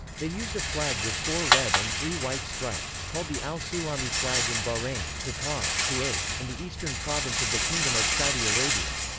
they used a flag with four red and three white stripes, called the al-sulami flag in bahrain, qatar, kuwait, and the eastern province of the kingdom of saudi arabia.